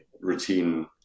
routine